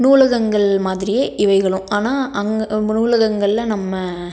நூலகங்கள் மாதிரியே இவைகளும் ஆனால் அங்கே நூலகங்களில் நம்ம